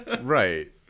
Right